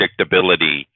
predictability